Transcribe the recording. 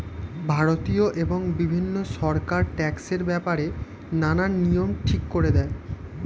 ভারতীয় এবং বিভিন্ন সরকার ট্যাক্সের ব্যাপারে নানান নিয়ম ঠিক করে দেয়